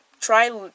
Try